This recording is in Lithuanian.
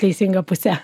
teisinga puse